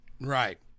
right